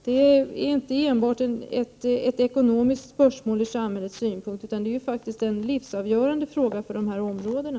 Detta är ur samhällets synpunkt inte enbart ett ekonomiskt spörsmål, utan det är faktiskt en livsavgörande fråga för de här områdena.